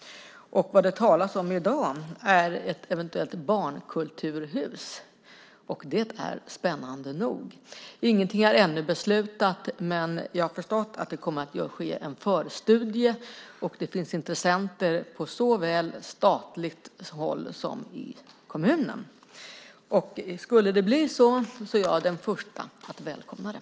Vad det talas om i dag är ett eventuellt barnkulturhus, och det är spännande nog. Ingenting är ännu beslutat, men jag har förstått att det kommer att ske en förstudie och att det finns intressenter på såväl statligt håll som i kommunen. Skulle det bli så är jag den första att välkomna det!